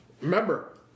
remember